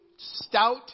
Stout